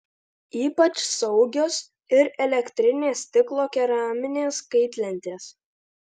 ypač saugios ir elektrinės stiklo keraminės kaitlentės